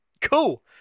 cool